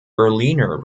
berliner